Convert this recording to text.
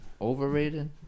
Overrated